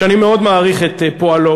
שאני מאוד מעריך את פועלו.